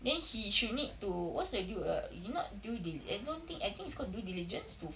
then he should need to what's the due err not due dili~ I don't think I think it's called due diligence to